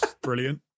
brilliant